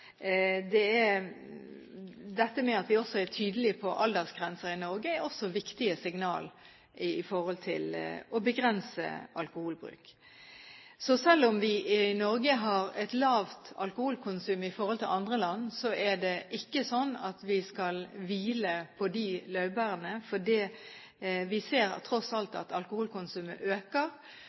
Det at vi er tydelige på aldersgrenser i Norge, er også et viktig signal for å begrense alkoholbruk. Selv om vi i Norge har et lavt alkoholkonsum i forhold til andre land, er det ikke sånn at vi skal hvile på laurbærene, for vi ser tross alt at alkoholkonsumet øker,